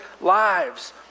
lives